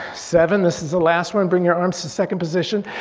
seven this is the last one, bring your arms to second position.